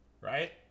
right